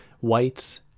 whites